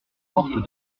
porte